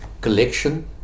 collection